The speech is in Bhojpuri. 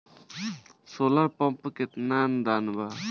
सोलर पंप पर केतना अनुदान बा?